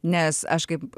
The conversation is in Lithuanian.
nes aš kaip